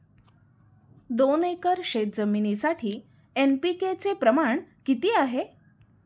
दोन एकर शेतजमिनीसाठी एन.पी.के चे प्रमाण किती आहे?